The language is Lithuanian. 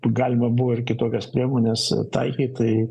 galima buvo ir kitokias priemones taikyt tai